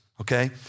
okay